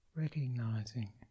recognizing